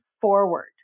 forward